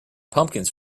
pumpkins